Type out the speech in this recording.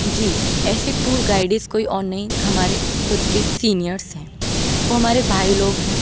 جی ایسے tour guides کوئی اور نہیں ہمارے خود کے سینئرس ہیں وہ ہمارے بھائی لوگ ہیں